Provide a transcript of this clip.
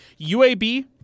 UAB